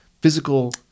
physical